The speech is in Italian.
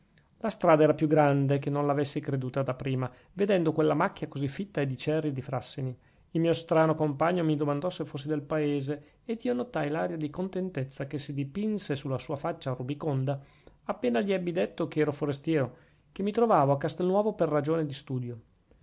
la strada era più grande che non l'avessi creduta da prima vedendo quella macchia così fitta di cerri e di frassini il mio strano compagno mi domandò se fossi del paese ed io notai l'aria di contentezza che si dipinse sulla sua faccia rubiconda appena gli ebbi detto che ero forestiero che mi trovavo a castelnuovo per ragione di studio